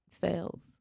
sales